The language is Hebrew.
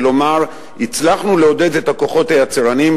כלומר הצלחנו לעודד את הכוחות היצרניים,